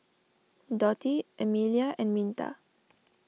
Dotty Emelia and Minta